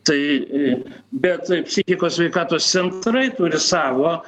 tai bet psichikos sveikatos centrai turi savo